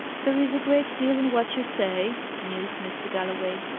there is a great deal in what you say, mused mr. galloway.